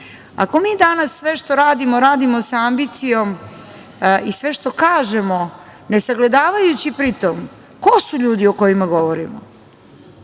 tad. Ako mi danas sve što radimo radimo sa ambicijom i sve što kažemo ne sagledavajući, pri tome, ko su ljudi o kojima govorimo.